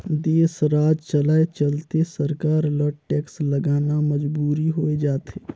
देस, राज चलाए चलते सरकार ल टेक्स लगाना मजबुरी होय जाथे